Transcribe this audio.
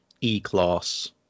E-class